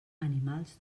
animals